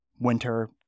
winter